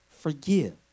Forgive